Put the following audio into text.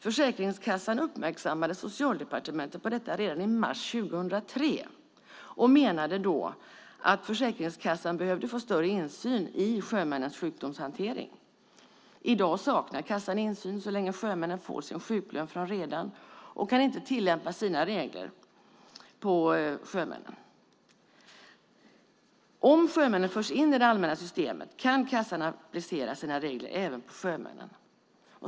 Försäkringskassan uppmärksammade Socialdepartementet på detta redan 2003 och menade då att Försäkringskassan behövde få större insyn i sjömännens sjukdomshantering. I dag saknar kassan insyn så länge sjömännen får sin sjuklön från redaren och kan inte tillämpa sina regler på sjömännen. Om sjömännen förs in i det allmänna systemet kan kassan applicera sina regler även på dem.